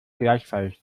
gleichfalls